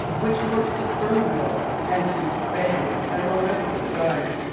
which works the spur-wheel and toothed bands as already described,